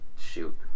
Shoot